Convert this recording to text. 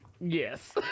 Yes